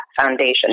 foundation